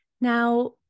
Now